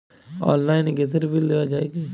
অনলাইনে গ্যাসের বিল দেওয়া যায় কি?